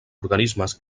organismes